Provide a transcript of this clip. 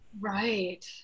right